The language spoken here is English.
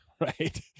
right